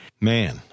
Man